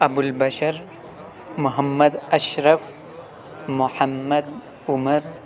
Abu Albashar Muhammad Ashraf Muhammad Umar